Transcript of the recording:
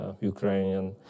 Ukrainian